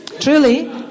Truly